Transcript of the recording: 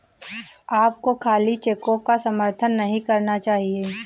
आपको खाली चेकों का समर्थन नहीं करना चाहिए